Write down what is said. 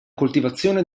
coltivazione